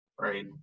right